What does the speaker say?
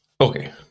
okay